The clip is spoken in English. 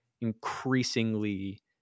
increasingly